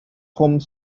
home